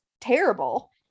terrible